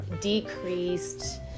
decreased